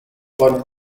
bonnet